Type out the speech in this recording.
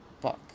book